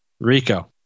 Rico